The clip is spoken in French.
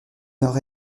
nord